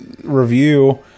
review